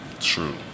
True